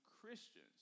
Christians